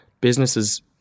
businesses